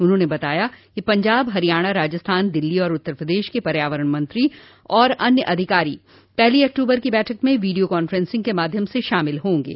उन्होंने बताया कि पंजाब हरियाणा राजस्थान दिल्ली और उत्तर प्रदेश के पर्यावरण मंत्री और अन्य अधिकारी पहली अक्तूबर की बैठक में वीडियो कॉन्फ्रेसिंग के माध्यम से शामिल होंगे